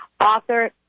Author